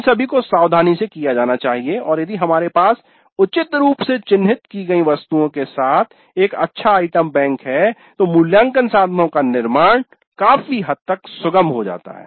इन सभी को पहले सावधानी से किया जाना चाहिए और यदि हमारे पास उचित रूप से चिन्हित की गई वस्तुओं के साथ एक अच्छा आइटम बैंक है तो मूल्यांकन साधनों का निर्माण काफी हद तक सुगम हो जाता है